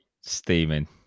steaming